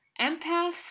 Empath